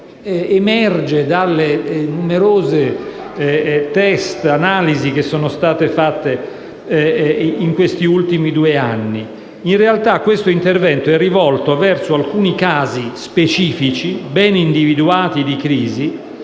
e dai numerosi *test* che sono stati fatti in questi ultimi due anni. In realtà questo intervento è rivolto verso alcuni casi specifici, ben individuati di crisi,